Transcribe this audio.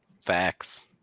Facts